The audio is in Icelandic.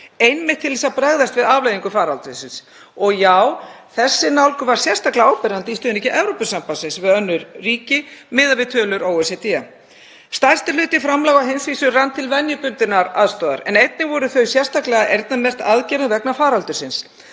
einmitt til að bregðast við afleiðingum faraldursins. Og já, þessi nálgun var sérstaklega áberandi í stuðningi Evrópusambandsins við önnur ríki miðað við tölur OECD. Stærsti hluti framlaga á heimsvísu rann til venjubundinnar aðstoðar en einnig voru framlög sérstaklega eyrnamerkt aðgerðum vegna faraldursins.